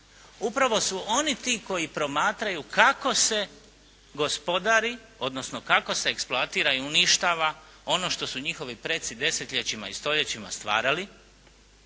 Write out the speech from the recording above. Upravo su oni ti koji promatraju kako se gospodari, odnosno kako se eksploatira i uništava ono što su njihovi preci desetljećima i stoljećima stvarali